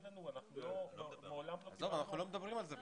אנחנו בכלל לא מדברים על זה.